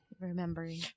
remembering